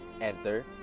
Enter